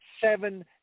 seven